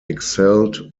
excelled